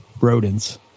Rodents